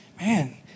Man